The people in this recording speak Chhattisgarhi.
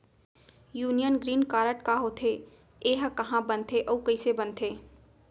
यूनियन ग्रीन कारड का होथे, एहा कहाँ बनथे अऊ कइसे बनथे?